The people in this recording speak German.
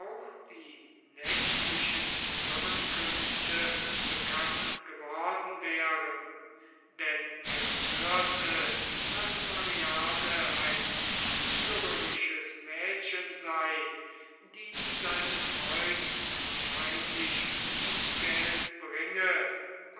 die nächtlichen zusammenkünfte bekannt geworden wären denn er hörte daß mariane ein verführerisches mädchen sei die seinen freund wahrscheinlich ums geld bringe